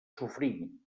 sofrir